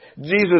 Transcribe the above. Jesus